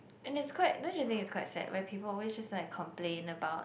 and this quite then should think is quite sad where people wish just like complain about